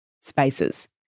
spaces